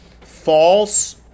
false